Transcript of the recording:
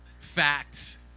facts